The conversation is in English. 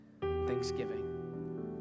Thanksgiving